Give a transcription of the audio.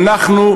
אנחנו,